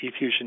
eFusion